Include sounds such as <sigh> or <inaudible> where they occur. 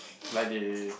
<noise> like they